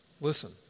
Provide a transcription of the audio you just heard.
Listen